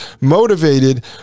motivated